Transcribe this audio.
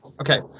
Okay